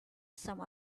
some